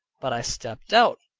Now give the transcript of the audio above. but i stepped out,